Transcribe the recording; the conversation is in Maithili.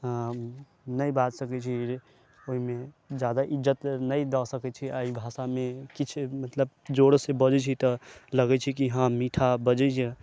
नहि बाज सकै छी ओहिमे जादा इज्जत नहि दऽ सकै छी एहि भाषा मे किछु मतलब जोर से बजै छी तऽ लगै छै कि हँ मीठा बजै यऽ